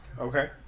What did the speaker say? Okay